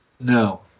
No